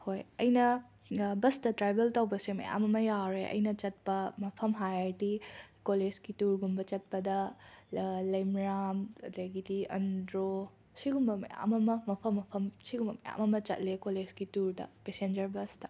ꯍꯣꯏ ꯑꯩꯅ ꯕꯁꯇ ꯇ꯭ꯔꯥꯕꯦꯜ ꯇꯧꯕꯁꯦ ꯃꯌꯥꯝ ꯑꯃ ꯌꯥꯎꯔꯦ ꯑꯩꯅ ꯆꯠꯄ ꯃꯐꯝ ꯍꯥꯏꯔꯗꯤ ꯀꯣꯂꯦꯁꯀꯤ ꯇꯨꯔꯒꯨꯝꯕ ꯆꯠꯄꯗ ꯂꯩꯃꯔꯥꯝ ꯑꯗꯒꯤꯗꯤ ꯑꯟꯗ꯭ꯔꯣ ꯁꯤꯒꯨꯝꯕ ꯃꯌꯥꯝ ꯑꯃ ꯃꯐꯝ ꯃꯐꯝ ꯁꯤꯒꯨꯝꯕ ꯃꯌꯥꯝ ꯑꯃ ꯆꯠꯂꯦ ꯀꯣꯂꯦꯁꯀꯤ ꯇꯨꯔꯗ ꯄꯦꯁꯦꯟꯖꯔ ꯕꯁꯇ